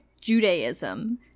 Judaism